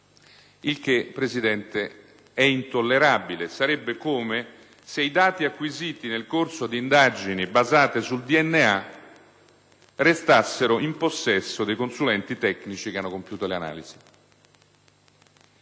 il che, signor Presidente, è intollerabile. Sarebbe come se i dati acquisiti nel corso di indagini basate sul DNA restassero in possesso dei consulenti tecnici che hanno compiuto le analisi.